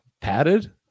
Padded